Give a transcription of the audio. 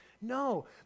No